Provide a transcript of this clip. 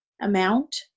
amount